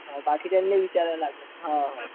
हो बाकीच्यांनाही विचारावं लागंल हो हो